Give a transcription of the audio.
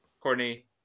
Courtney